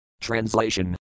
Translation